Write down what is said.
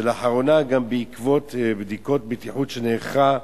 שלאחרונה, גם בעקבות בדיקות שנערכו,